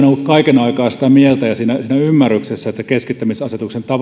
ollut kaiken aikaa sitä mieltä ja siinä siinä ymmärryksessä että keskittämisasetuksen